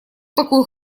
такой